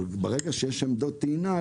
אבל ברגע שיש עמדות טעינה,